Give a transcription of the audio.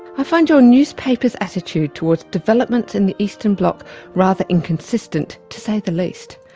i find your newspaper's attitude towards development in the eastern bloc rather inconsistent, to say the least.